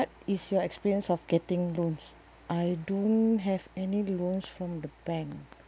is your experience of getting loans I don't have any loans from the bank